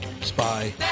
Spy